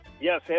Yes